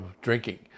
drinking